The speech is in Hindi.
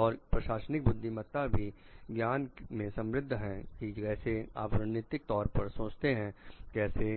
और प्रशासनिक बुद्धिमत्ता भी ज्ञान से समृद्ध है कि कैसे आप रणनीतिक तौर पर सोचते हैं कैसे